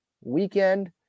weekend